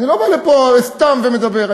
אני לא בא לפה סתם ומדבר.